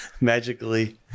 magically